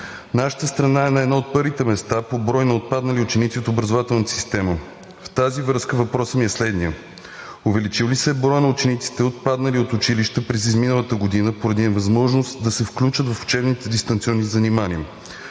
Нашата страна е на едно от първите места по брой на отпаднали ученици от образователната система. В тази връзка въпросът ми е следният: увеличил ли се е броят на учениците, отпаднали от училище през изминалата година поради невъзможност да се включат в учебните дистанционни занимания?